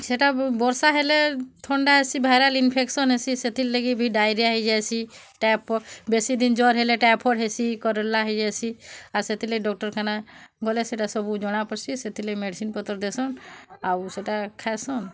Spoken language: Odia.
ସେଟା ବର୍ଷା ହେଲେ ଥଣ୍ଡା ହେସି ଭାଇରାଲ୍ ଇନ୍ଫେକ୍ସ୍ନ ହେସି ସେଥିର୍ ଲାଗି ବି ଡାଇରିଆ ହେଇଯାଏସି ବେଶିଦିନ୍ ଜର୍ ହେଲେ ଟାଇଫଏଡ୍ ହେସି କଲେରା ହେଇଯାଏସି ଆଉ ସେଥିର୍ଲାଗି ଡାକ୍ତରଖାନା ଗଲେ ସେଟା ସବୁ ଜଣାପଡ଼୍ସି ସେଥିର୍ଲାଗି ମେଡିସିନ୍ ପତର୍ ଦେସନ୍ ଆଉ ସେଟା ଖାଏସନ୍